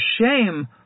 shame